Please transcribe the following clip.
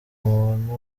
muntu